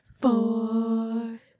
four